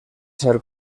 ser